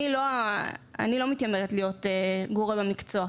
אני לא מתיימרת להיות גורם המקצוע,